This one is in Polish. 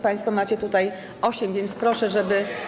Państwo macie tutaj osiem, więc proszę, żeby.